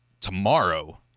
tomorrow